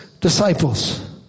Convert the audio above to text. disciples